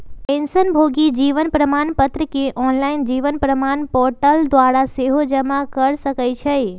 पेंशनभोगी जीवन प्रमाण पत्र के ऑनलाइन जीवन प्रमाण पोर्टल द्वारा सेहो जमा कऽ सकै छइ